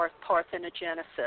parthenogenesis